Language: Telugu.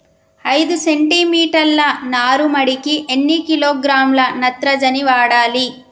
ఐదు సెంటి మీటర్ల నారుమడికి ఎన్ని కిలోగ్రాముల నత్రజని వాడాలి?